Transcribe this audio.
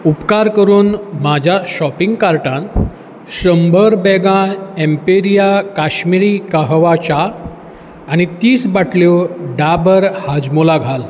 उपकार करून म्हज्या शॉपींग कार्टान शंभर बॅगां एंपेरया काश्मिरी काहवा चा आनी तीस बाटल्यो डाबर हाजमोला घाल